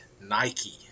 Nike